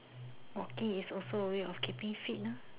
walking is also a way of keeping fit lah